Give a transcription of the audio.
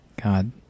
God